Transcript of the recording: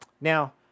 Now